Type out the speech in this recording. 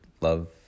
Love